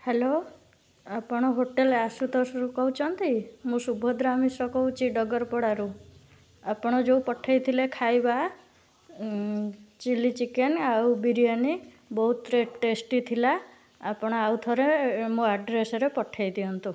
hello ଆପଣ hotel ଆଶୁତୋଷରୁ କହୁଛନ୍ତି ମୁଁ ସୁଭଦ୍ରା ମିଶ୍ର କହୁଛି ଡଗରପଡ଼ାରୁ ଆପଣ ଯେଉଁ ପଠାଇ ଥିଲେ ଖାଇବା ଚିଲି ଚିକେନ୍ ଆଉ ବିରିଆନୀ ବହୁତରେ ଟେଷ୍ଟି ଥିଲା ଆପଣ ଆଉଥରେ ମୋ ଆଡ଼୍ରେସେରେ ପଠାଇ ଦିଅନ୍ତୁ